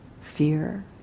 fear